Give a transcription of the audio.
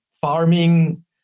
farming